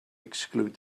exclude